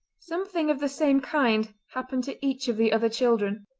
something of the same kind happened to each of the other children.